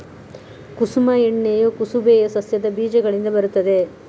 ಕುಸುಮ ಎಣ್ಣೆಯು ಕುಸುಬೆಯ ಸಸ್ಯದ ಬೀಜಗಳಿಂದ ಬರುತ್ತದೆ